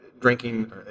drinking